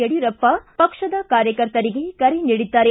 ಯಡ್ಕೂರಪ್ಪ ಪಕ್ಷದ ಕಾರ್ಯಕರ್ತರಿಗೆ ಕರೆ ನೀಡಿದ್ದಾರೆ